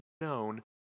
known